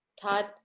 Todd